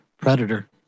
Predator